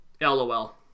LOL